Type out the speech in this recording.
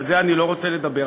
על זה אני לא רוצה לדבר,